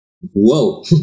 Whoa